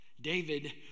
David